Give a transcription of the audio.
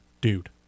dude